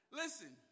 listen